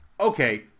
Okay